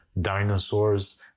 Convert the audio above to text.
dinosaurs